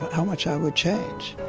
how much i would change.